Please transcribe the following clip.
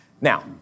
now